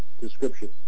description